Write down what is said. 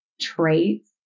traits